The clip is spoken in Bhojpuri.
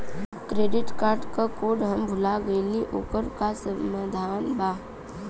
क्रेडिट कार्ड क कोड हम भूल गइली ओकर कोई समाधान बा?